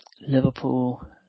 Liverpool